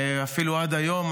אפילו עד היום,